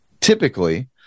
typically